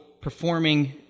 performing